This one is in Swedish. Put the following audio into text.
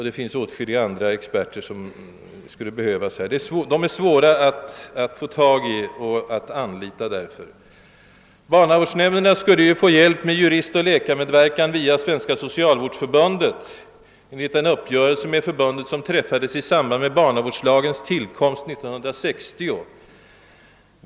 Det finns åtskilliga andra experter som vid vissa tillfällen skulle behöva inkopplas. De är alla svåra att få tag i och att sedan anlita. Barnavårdsnämnderna skulle ju få hjälp med juristoch läkarmedverkan via Svenska socialvårdsförbundet enligt en uppgörelse med förbundet, som träffades i samband med barnavårdslagens tillkomst 1960.